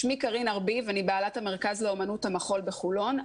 אני בעלת המרכז לאומנות המחול בחולון.